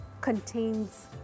contains